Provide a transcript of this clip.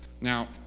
Now